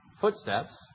footsteps